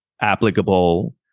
applicable